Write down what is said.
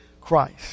Christ